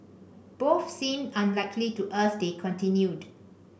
both seem unlikely to us they continued